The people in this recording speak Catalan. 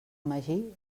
magí